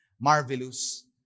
marvelous